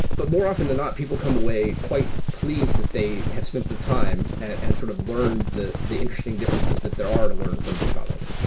but more often than not, people come away quite pleased that they have spent the time and sort of learned the the interesting differences that there are to learn from datomic